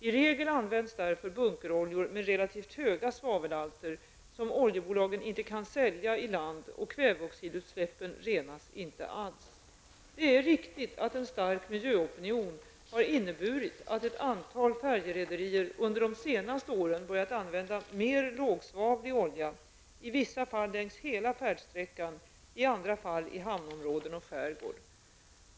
I regel används därför bunkeroljor med relativt höga svavelhalter som oljebolagen inte kan sälja i land, och kväveoxidutsläppen renas inte alls. Det är riktigt att en stark miljöopinion har inneburit att ett antal färjerederier under de senaste åren börjat använda mer lågsvavlig olja, i vissa fall längs hela färdsträckan i andra fall i hamnområden och skärgård.